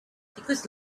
because